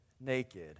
naked